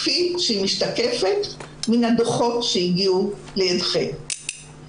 כפי שהיא משתקפת מן הדוחות שהגיעו לידיכם.